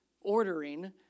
ordering